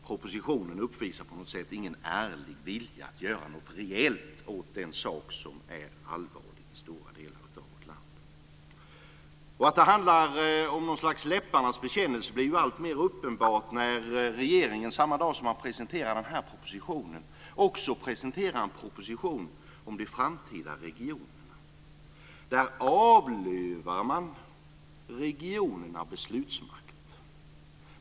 Propositionen uppvisar inte någon ärlig vilja att göra något rejält åt en sak som är allvarlig i stora delar av vårt land. Att det handlar om något slags läpparnas bekännelse blir alltmer uppenbart när regeringen samma dag som den presenterar den här propositionen också lägger fram en proposition om de framtida regionerna där man avlövar regionerna beslutsmakt.